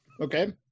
Okay